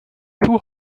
two